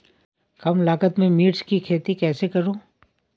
कम लागत में मिर्च की खेती कैसे करूँ?